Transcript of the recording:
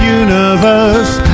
universe